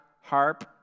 harp